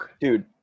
dude